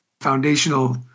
foundational